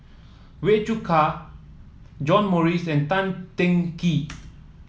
Wee Cho John Morrice and Tan Teng Kee